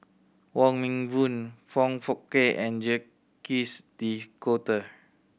Wong Meng Voon Foong Fook Kay and Jacques De Coutre